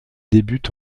débute